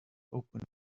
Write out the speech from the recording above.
opening